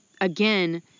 again